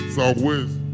Southwest